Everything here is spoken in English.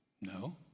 No